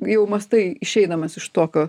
jau mąstai išeidamas iš tokio